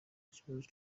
kibazo